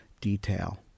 detail